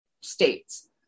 states